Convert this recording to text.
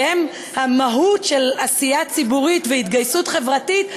שהם המהות של עשייה ציבורית והתגייסות חברתית,